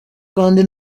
kandi